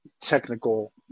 technical